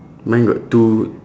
mine got two